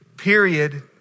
period